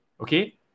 Okay